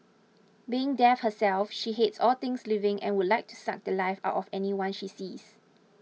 being death herself she hates all things living and would like to suck the Life out of anyone she sees